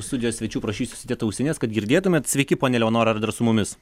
studijos svečių prašysiu užsidėt ausines kad girdėtumėt sveiki ponia leonora ar dar su mumis